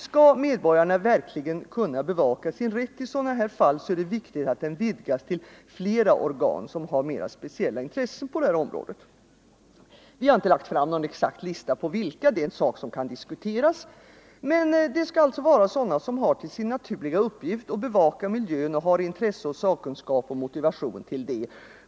Skall medborgarna verkligen kunna bevaka sin rätt i sådana här fall är det viktigt att den vidgas till flera organ som har mera speciella intressen på området. Vi har inte lagt fram någon exakt lista på vilka organ det skall gälla —- det är en sak som kan diskuteras. Men det skall alltså vara sådana som har till sin naturliga uppgift att bevaka miljön och som har intresse, sakkunskap och motivation att göra det.